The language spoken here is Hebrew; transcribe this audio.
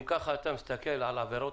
אם כך אתה מסתכל על העבירות,